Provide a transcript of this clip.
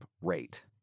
rate